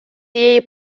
цієї